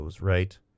Right